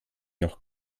noch